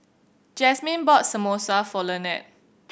Jazmyne bought Samosa for Lanette